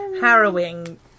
harrowing